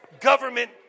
government